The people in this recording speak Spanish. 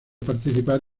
participar